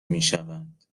میشوند